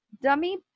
dummy